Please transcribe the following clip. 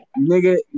Nigga